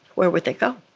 where would they go?